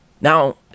Now